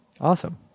Awesome